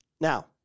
Now